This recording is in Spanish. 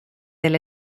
del